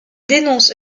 dénonce